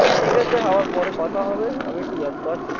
তো ঠিক আছে আবার পরে কথা হবে আমি একটু ব্যস্ত আছি